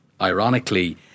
ironically